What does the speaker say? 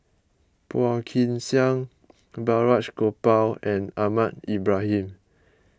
Phua Kin Siang Balraj Gopal and Ahmad Ibrahim